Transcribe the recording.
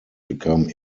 become